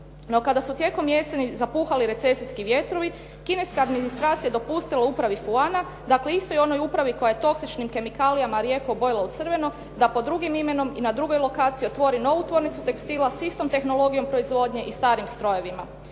kada su tijekom jeseni zapuhali recesijski vjetrovi kineska administracija je dopustila upravi "Fuana" dakle istoj onoj upravi koja je toksičnim kemikalijama rijeku obojila u crveno da pod drugim imenom i na drugoj lokaciji otvori novu tvornicu tekstila s istom tehnologijom proizvodnje i starim strojevima.